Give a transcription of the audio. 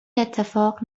اتفاق